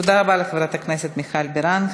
תודה רבה לחברת הכנסת מיכל בירן.